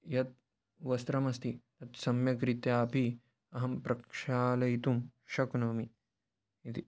यत् वस्त्रमस्ति तत् सम्यग्रीत्यापि अहं प्रक्षालयितुं शक्नोमि इति